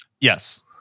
Yes